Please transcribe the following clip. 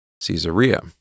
Caesarea